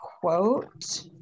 quote